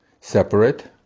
separate